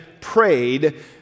prayed